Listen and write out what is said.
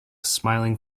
smiling